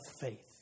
faith